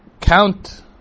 count